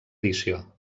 edició